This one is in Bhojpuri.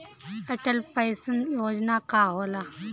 अटल पैंसन योजना का होला?